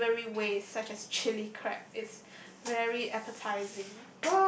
savoury ways such as chilli crab it's very appetising